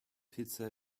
pizza